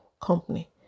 company